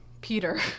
Peter